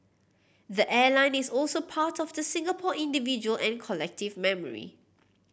the airline is also part of the Singapore individual and collective memory